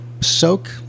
soak